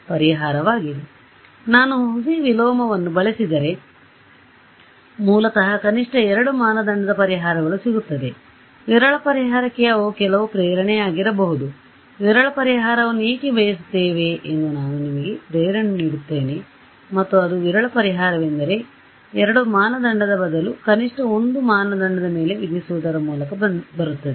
ಆದ್ದರಿಂದ ನಾನು ಹುಸಿ ವಿಲೋಮವನ್ನು ಬಳಸಿದರೆ ಮೂಲತಃ ಕನಿಷ್ಠ 2 ಮಾನದಂಡದ ಪರಿಹಾರಗಳು ಸಿಗುತ್ತದೆ ವಿರಳ ಪರಿಹಾರಕ್ಕೆ ಅವು ಕೆಲವು ಪ್ರೇರಣೆಯಾಗಿರಬಹುದು ವಿರಳ ಪರಿಹಾರವನ್ನು ಏಕೆ ಬಯಸುತ್ತೇವೆ ಎಂದು ನಾನು ನಿಮಗೆ ಪ್ರೇರಣೆ ನೀಡುತ್ತೇನೆ ಮತ್ತು ಅದು ವಿರಳ ಪರಿಹಾರವೆಂದರೆ 2 ಮಾನದಂಡದ ಬದಲು ಕನಿಷ್ಠ 1 ಮಾನದಂಡದ ಮೇಲೆ ವಿಧಿಸುವುದರ ಮೂಲಕ ಬರುತ್ತದೆ